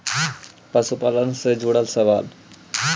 पशुपालन से जुड़ल सवाल?